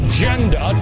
Agenda